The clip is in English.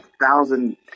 thousand